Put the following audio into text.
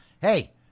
hey